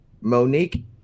Monique –